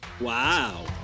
Wow